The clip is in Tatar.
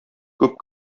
күп